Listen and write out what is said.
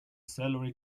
salary